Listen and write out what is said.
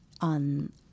on